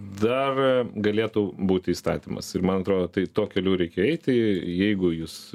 dar galėtų būti įstatymas ir man atrodo tai tuo keliu reikia eiti jeigu jūs